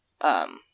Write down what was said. um-